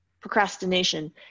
procrastination